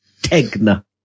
Tegna